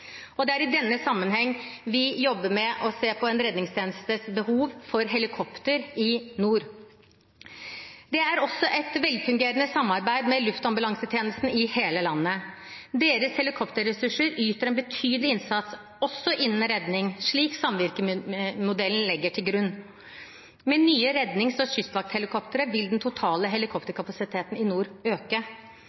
Det er i denne sammenheng vi jobber med å se på redningstjenestens behov for helikopter i nord. Det er også et velfungerende samarbeid med luftambulansetjenesten i hele landet. Deres helikopterressurser yter en betydelig innsats også innen redning, slik samvirkemodellen legger til grunn. Med nye rednings- og kystvakthelikoptre vil den totale helikopterkapasiteten i nord øke.